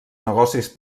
negocis